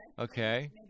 okay